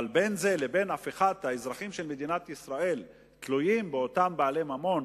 אבל בין זה לבין הפיכת האזרחים של מדינת ישראל תלויים באותם בעלי ממון,